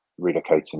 relocating